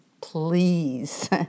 Please